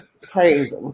Crazy